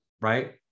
right